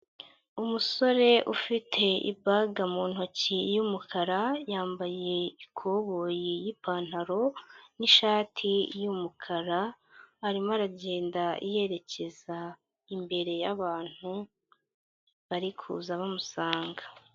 Umusore ufite ibaga mu ntoki y'umukara, yambaye ikoboyi y'ipantaro n'ishati y'umukara, arimo aragenda yerekeza imbere y'abantu bari kuza bamusanga.